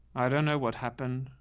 i don't know what happened,